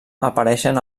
apareixen